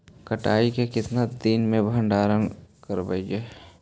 कटाई के कितना दिन मे भंडारन करबय?